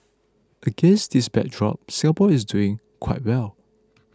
against this backdrop Singapore is doing quite well